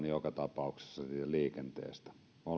joka tapauksessa liikenteestä